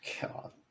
God